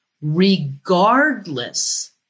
regardless